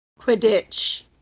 Quidditch